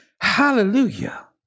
Hallelujah